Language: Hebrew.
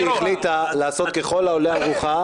אנחנו מפריעים לכם להפריע לעצמכם,